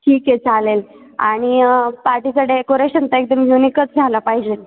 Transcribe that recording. ठीक आहे चालेल आणि पार्टीचं डेकोरेशन तर एकदम युनिकच झालं पाहिजेल